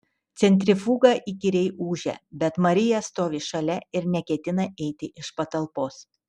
centrifuga įkyriai ūžia bet marija stovi šalia ir neketina eiti iš patalpos